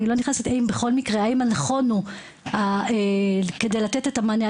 אני לא נכנסת האם בכל מקרה האם הנכון הוא כדי לתת את המענה,